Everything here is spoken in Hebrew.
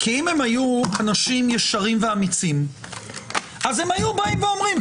254. אם הם היו אנשים ישרים ואמיצים אז הם היו אומרים,